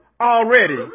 already